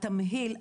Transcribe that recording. התמהיל,